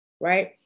right